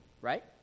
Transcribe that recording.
right